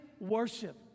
worship